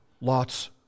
Lot's